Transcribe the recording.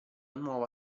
nuova